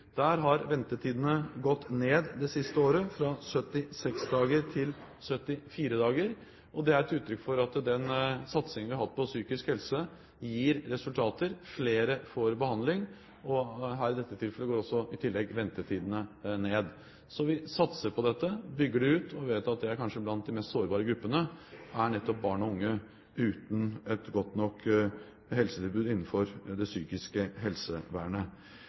Der har ventetidene gått ned det siste året, fra 76 dager til 74 dager. Det er et uttrykk for at den satsingen vi har hatt på psykisk helse, gir resultater – flere får behandling – og i dette tilfellet går i tillegg ventetidene ned. Så vi satser på dette og bygger det ut, for vi vet at kanskje blant de mest sårbare gruppene er nettopp barn og unge uten et godt nok helsetilbud innenfor det psykiske helsevernet.